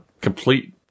complete